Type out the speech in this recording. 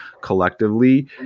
collectively